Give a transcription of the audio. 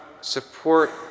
support